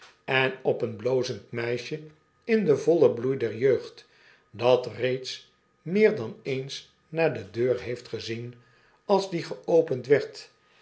en op een blozend meisje in den vollen bloei der jeugd dat reeds meer dan eens naar de deur heeft gezien als die geopend werd